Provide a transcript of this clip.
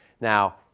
Now